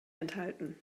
enthalten